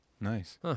Nice